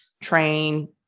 train